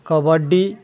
kabaddi